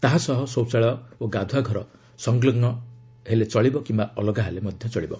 ତାହା ସହ ଶୌଚାଳୟ ଓ ଗାଧୁଆ ଘର ସଂଲଗୁ ହେଲେ ଚଳିବ କିୟା ଅଲଗା ହେଲେ ଚଳିବ